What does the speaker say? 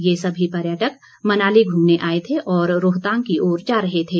ये सभी पर्यटक मनाली घूमने आए थे और रोहतांग की ओर जा रहे थे